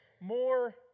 more